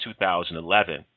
2011